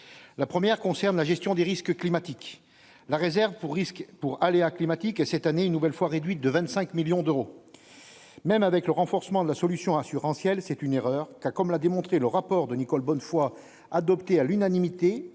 la première concerne la gestion des risques climatiques, la réserve pour risques pour aléas climatiques et cette année, une nouvelle fois, réduite de 25 millions d'euros, même avec le renforcement de la solution assurantielle, c'est une erreur, car comme l'a démontré le rapport de Nicole Bonnefoy, adopté à l'unanimité